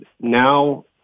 now